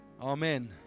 Amen